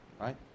Right